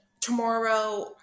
tomorrow